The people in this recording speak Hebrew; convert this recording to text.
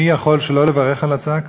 מי יכול שלא לברך על הצעה כזאת?